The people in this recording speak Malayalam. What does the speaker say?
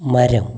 മരം